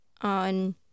on